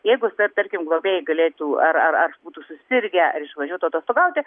jeigu tarkim globėjai galėtų ar ar ar būtų susirgę ar išvažiuotų atostogauti